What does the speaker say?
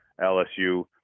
LSU